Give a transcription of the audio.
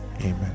Amen